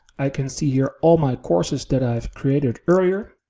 i can see you're all my courses that i've created earlier.